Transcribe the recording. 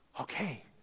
okay